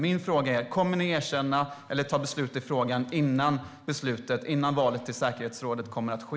Min fråga är: Kommer ni att erkänna detta och ta beslut i frågan innan valet till säkerhetsrådet kommer att ske?